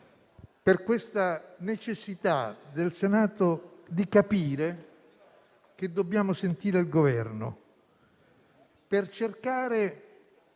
per la necessità del Senato di capire, dobbiamo sentire il Governo per cercare